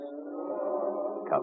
Come